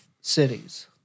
cities